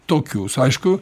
tokius aišku